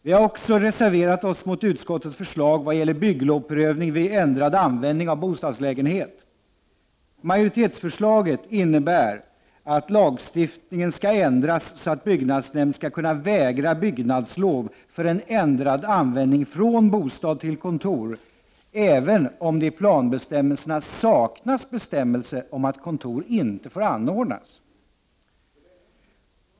Vi har också reserverat oss mot utskottets förslag vad gäller bygglovsprövning vid ändrad användning av bostadslägenhet. Majoritetsförslaget innebär att lagstiftningen skall ändras så att en byggnadsnämnd skall kunna vägra bygglov för en ändrad användning från bostad till kontor även om det i planbestämmelserna saknas bestämmelse om att kontor inte får anordnas.